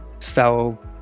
fell